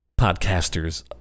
podcasters